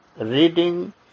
reading